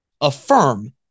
affirm